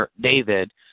David